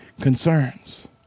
concerns